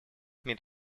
meet